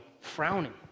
frowning